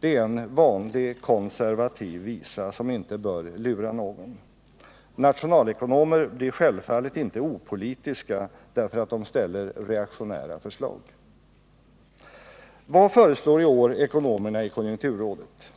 Det är en vanlig konservativ visa, som inte bör lura någon. Nationalekonomer blir självfallet inte opolitiska därför att de framlägger reaktionära förslag. Vad föreslår i år ekonomerna i konjunkturrådet?